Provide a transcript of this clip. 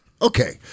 Okay